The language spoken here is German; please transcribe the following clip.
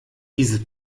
diese